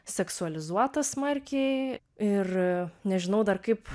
seksualizuota smarkiai ir nežinau dar kaip